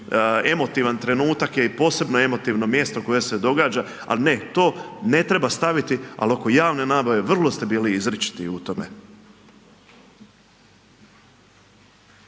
emotivan trenutak i posebno emotivno mjesto koje se događa, ali ne to ne treba staviti. Ali oko javne nabave vrlo ste bili izričiti u tome.